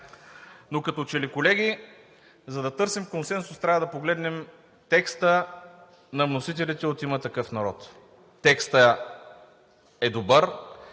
Но като че ли, колеги, за да търсим консенсус трябва да погледнем текста на вносителите от „Има такъв народ“. Текстът е добър,